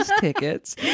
tickets